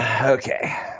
Okay